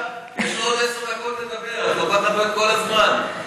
יש לו עשר דקות לדבר, הוא הלך, יו"ר האופוזיציה.